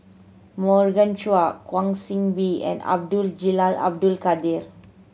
Morgan Chua Kwa Soon Bee and Abdul Jalil Abdul Kadir